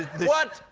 the